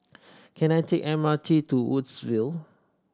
can I take M R T to Woodsville